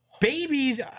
Babies